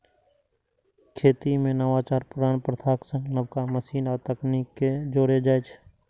खेती मे नवाचार पुरान प्रथाक संग नबका मशीन आ तकनीक कें जोड़ै छै